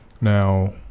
Now